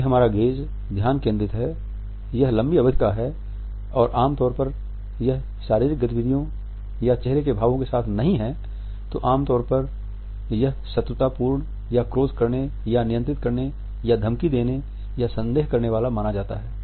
यदि हमारा गेज़ ध्यान केंद्रित है यह लंबी अवधि का है और आम तौर पर यह शारीरिक गतियो या चेहरे के भावों के साथ नहीं है तो आम तौर पर यह शत्रुतापूर्ण या क्रोध करने या नियंत्रित करने या धमकी देने या संदेह करने वाला माना जाता है